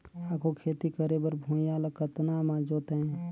आघु खेती करे बर भुइयां ल कतना म जोतेयं?